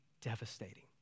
devastating